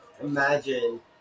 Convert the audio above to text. imagine